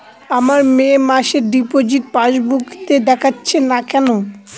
আমার মে মাসের ডিপোজিট পাসবুকে দেখাচ্ছে না কেন?